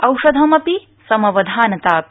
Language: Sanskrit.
औषधं अपि समवधानता अपि